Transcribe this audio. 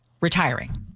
retiring